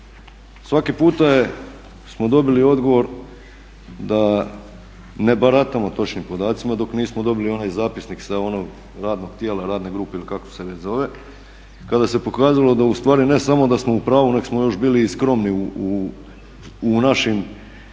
Svaki puta smo dobili odgovor da ne baratamo točnim podacima dok nismo dobili onaj zapisnik sa onog radnog tijela, radne grupe ili kako se već zove kada se pokazalo da ustvari ne samo da smo u pravu nego smo još bili i skromni u našim